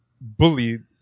bullied